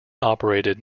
operated